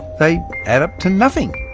they add up to nothing.